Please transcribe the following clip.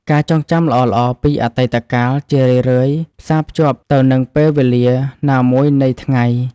ការចងចាំល្អៗពីអតីតកាល ជារឿយៗផ្សារភ្ជាប់ទៅនឹងពេលវេលាណាមួយនៃថ្ងៃ។